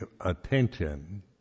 attention